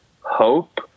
hope